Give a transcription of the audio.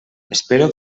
espero